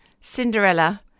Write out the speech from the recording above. Cinderella